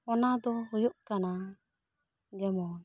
ᱚᱱᱟ ᱫᱚ ᱦᱩᱭᱩᱜ ᱠᱟᱱᱟ ᱡᱮᱢᱚᱱ